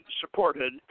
supported